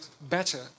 better